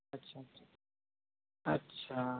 अच्छा अच्छा अच्छा